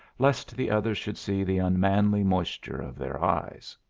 lest the others should see the unmanly moisture of their eyes.